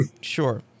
Sure